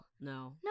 no